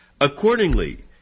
Accordingly